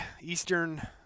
Eastern